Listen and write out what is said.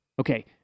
Okay